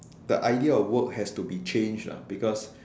the idea of work has to be changed ah because